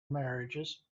marriages